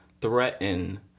threaten